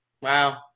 Wow